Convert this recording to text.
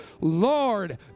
Lord